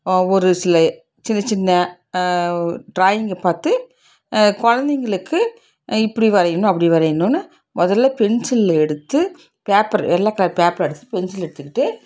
ஒரு சில சின்ன சின்ன ட்ராயிங்கை பார்த்து கொழந்தைங்களுக்கு இப்படி வரையணும் அப்படி வரையணும்ன்னு முதல்ல பென்சிலு எடுத்து பேப்பர் வெள்ளை கலர் பேப்பர் எடுத்துட்டு பென்சில் எடுத்துக்கிட்டு